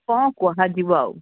କଣ କୁହା ଯିବ ଆଉ